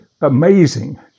amazing